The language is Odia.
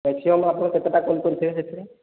ମ୍ୟାକ୍ସିମମ୍ ଆପଣ କେତେଟା କ'ଣ କରିଥିବେ ସେଥିରେ